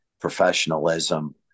professionalism